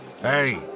Hey